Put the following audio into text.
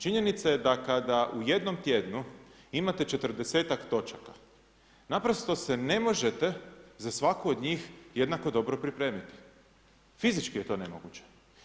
Činjenica je da kada u jednom tjednu imate 40-ak točaka naprosto se ne možete za svaku od njih jednako dobro pripremit, fizički je to nemoguće.